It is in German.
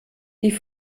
die